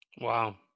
Wow